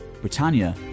Britannia